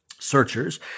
Searchers